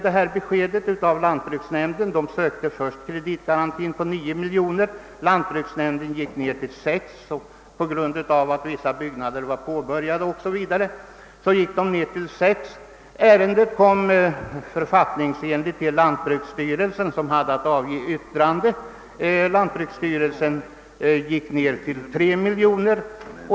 Det företag det här gäller sökte först kreditgaranti för 9 miljoner kronor. Lantbruksnämnden minskade beloppet till 6 miljoner på grund av att vissa byggnader var påbörjade o.s.v. Ärendet kom författningsenligt till lantbruksstyrelsen, som hade att avge yttrande. Lantbruksstyrelsen prutade beloppet till 3 miljoner kronor.